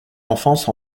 enfance